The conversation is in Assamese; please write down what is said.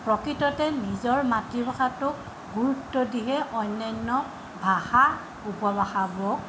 প্ৰকৃততে নিজৰ মাতৃভাষাটোক গুৰুত্ব দিহে অন্যান্য ভাষা উপভাষাবোৰক